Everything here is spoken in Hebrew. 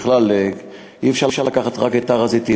בכלל, אי-אפשר לקחת רק את הר-הזיתים.